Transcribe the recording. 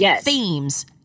themes